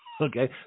Okay